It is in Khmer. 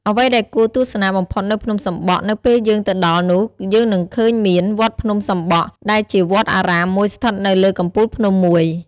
អ្វីដែលគួរទស្សនាបំផុតនៅភ្នំសំបក់នៅពេលយើងទៅដល់នោះយើងនឹងឃើញមាន វត្តភ្នំសំបក់ ដែលជាវត្តអារាមមួយស្ថិតនៅលើកំពូលភ្នំមួយ ។